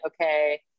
Okay